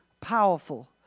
powerful